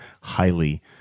highly